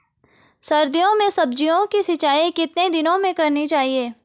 सर्दियों में सब्जियों की सिंचाई कितने दिनों में करनी चाहिए?